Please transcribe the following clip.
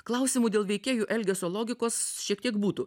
klausimų dėl veikėjų elgesio logikos šiek tiek būtų